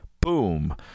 Boom